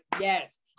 yes